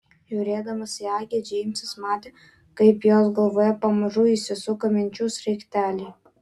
žiūrėdamas į agę džeimsas matė kaip jos galvoje pamažu įsisuka minčių sraigteliai